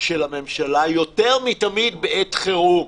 של הממשלה, יותר מתמיד בעת חירום,